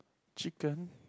chicken